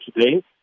today